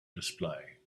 display